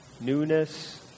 newness